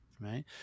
right